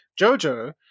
JoJo